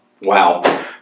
wow